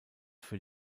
für